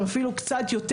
לדעתי הם אפילו קצת יותר.